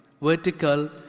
vertical